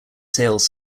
sales